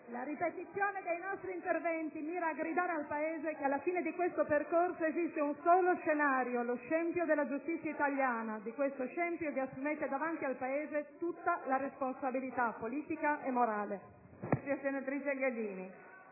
esecutrice di ordini, mira a gridare al Paese che alla fine di questo percorso esiste un solo scenario: lo scempio della giustizia italiana. Di questo scempio vi assumete davanti al Paese tutta la responsabilità politica e morale. *(Applausi dal